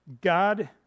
God